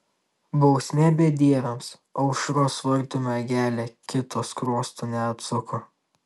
bausmė bedieviams aušros vartų mergelė kito skruosto neatsuko